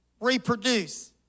reproduce